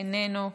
איננו,